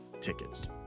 tickets